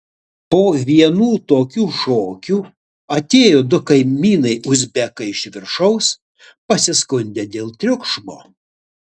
po vienų tokių šokių atėjo du kaimynai uzbekai iš viršaus pasiskundė dėl triukšmo